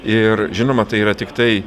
ir žinoma tai yra tiktai